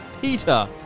Peter